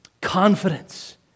Confidence